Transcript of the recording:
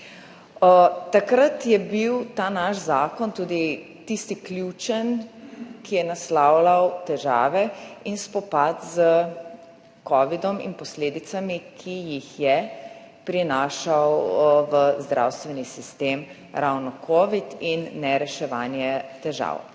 Takrat je bil ta naš zakon tudi tisti ključni, ki je naslavljal težave in spopad s covidom in posledicami, ki sta jih prinašala v zdravstveni sistem ravno covid in nereševanje težav.